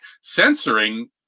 censoring